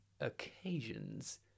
occasions